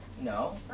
No